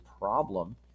problem